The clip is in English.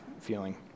feeling